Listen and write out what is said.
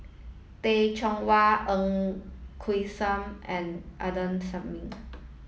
Teh Cheang Wan Ng Quee sam and Adnan